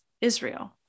Israel